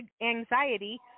anxiety